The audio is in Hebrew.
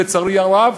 לצערי הרב,